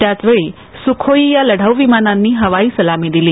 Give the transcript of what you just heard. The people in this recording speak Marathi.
त्याचवेळी सुखोई या लढाऊ विमानांनी हवाई सलामी दिली